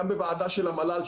גם בוועדה של המל"ל,